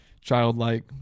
Childlike